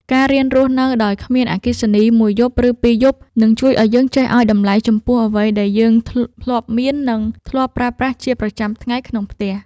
ការរៀនរស់នៅដោយគ្មានអគ្គិសនីមួយយប់ឬពីរយប់នឹងជួយឱ្យយើងចេះឱ្យតម្លៃចំពោះអ្វីដែលយើងធ្លាប់មាន និង ធ្លាប់ប្រើប្រាស់ជាប្រចាំថ្ងៃក្នុងផ្ទះ។